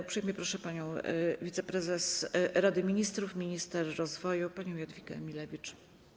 Uprzejmie proszę wiceprezes Rady Ministrów, minister rozwoju panią Jadwigę Emilewicz.